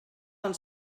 del